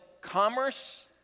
commerce